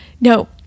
No